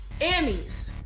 Emmys